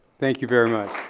thank you very much.